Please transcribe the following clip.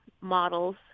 models